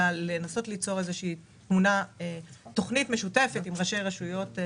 אלא לנסות ליצור איזו שהיא תכנית משותפת עם ראשי רשויות.